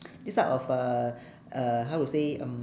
this type of uh uh how to say mm